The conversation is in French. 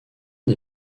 des